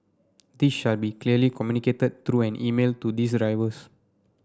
this shall be clearly communicated through an email to these drivers